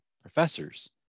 professors